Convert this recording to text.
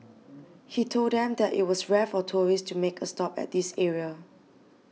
he told them that it was rare for tourists to make a stop at this area